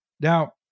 Now